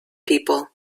people